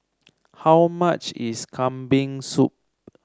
how much is Kambing Soup